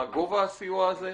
מה גובה הסיוע הזה?